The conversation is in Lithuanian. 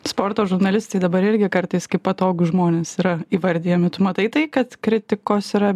sporto žurnalistai dabar irgi kartais kai patogu žmonės yra įvardijami tu matai tai kad kritikos yra